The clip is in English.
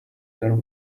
there